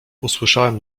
usłyszałem